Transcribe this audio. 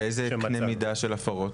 באיזה קנה מידה של הפרות?